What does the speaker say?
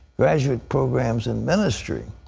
graduate programs in ministry,